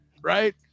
right